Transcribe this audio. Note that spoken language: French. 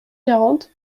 quarante